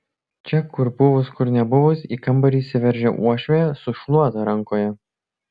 čia kur buvus kur nebuvus į kambarį įsiveržia uošvė su šluota rankoje